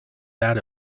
that